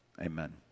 Amen